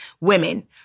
Women